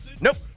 Nope